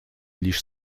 лишь